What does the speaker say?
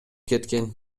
кеткен